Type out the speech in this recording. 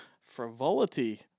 frivolity